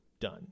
Done